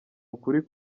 ukuri